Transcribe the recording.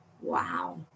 Wow